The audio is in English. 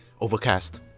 Overcast